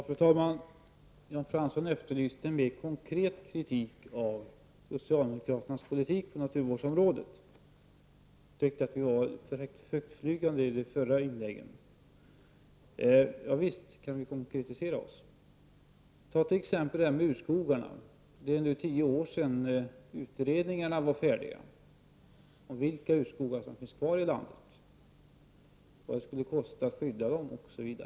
Fru talman! Jan Fransson efterlyste en mer konkret kritik av socialdemokraternas politik på naturvårdsområdet. Han tyckte att vi var för högtflygande i våra inlägg. Visst kan vi konkretisera oss. Det är nu tio år sedan utredningen om våra urskogar, vilka som fanns kvar i landet och vad det skulle kosta att skydda dem, var färdig.